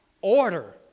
order